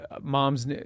moms